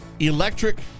Electric